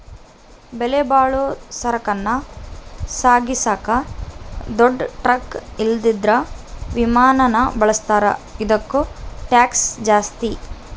ಬೆಲೆಬಾಳೋ ಸರಕನ್ನ ಸಾಗಿಸಾಕ ದೊಡ್ ಟ್ರಕ್ ಇಲ್ಲಂದ್ರ ವಿಮಾನಾನ ಬಳುಸ್ತಾರ, ಇದುಕ್ಕ ಟ್ಯಾಕ್ಷ್ ಜಾಸ್ತಿ